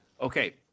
Okay